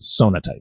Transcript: Sonatype